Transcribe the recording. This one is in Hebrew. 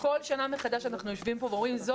כל שנה מחדש אנחנו יושבים ואומרים: זו